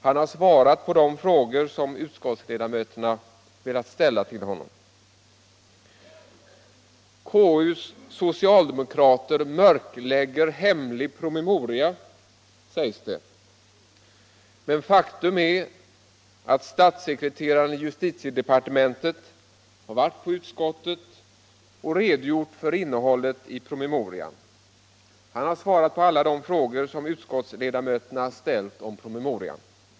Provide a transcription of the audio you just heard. Han har svarat på de frågor som utskottsledamöterna velat ställa till honom. KU:s socialdemokrater mörklägger hemlig promemoria, sägs det. Men faktum är att statssekreteraren i justitiedepartementet har varit i utskottet och redogjort för innehållet i promemorian. Han har svarat på alla de frågor som utskottsledamöterna ställt om promemorian.